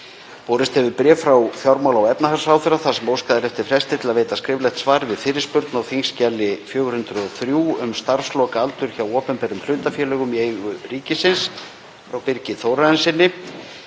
Borist hefur bréf frá fjármála- og efnahagsráðherra þar sem óskað er eftir fresti til að veita skriflegt svar við fyrirspurn á þskj. 403, um starfslokaaldur hjá opinberum hlutafélögum í eigu ríkisins, frá Birgi Þórarinssyni.